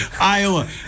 Iowa